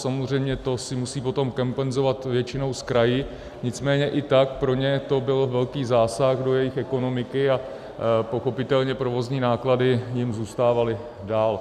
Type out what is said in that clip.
Samozřejmě to si musí potom kompenzovat většinou s kraji, nicméně i tak pro ně to byl velký zásah do jejich ekonomiky a pochopitelně provozní náklady jim zůstávaly dál.